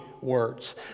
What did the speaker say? words